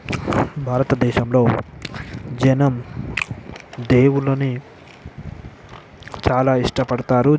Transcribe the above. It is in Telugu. భారతదేశంలో జనం దేవుళ్ళని చాలా ఇష్టపడతారు